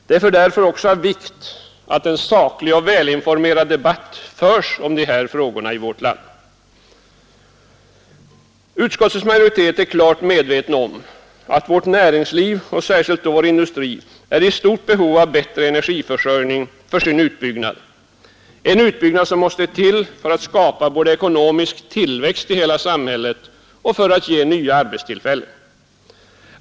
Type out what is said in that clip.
Det är därför också av vikt att en saklig och välinformerad debatt förs om dessa frågor i vårt land. Utskottets majoritet är klart medveten om att vårt näringsliv och särskilt vår industri är i stort behov av bättre energiförsörjning för sin utbyggnad, en utbyggnad som måste till för att skapa ekonomisk tillväxt i hela samhället och ge nya arbetstillfällen.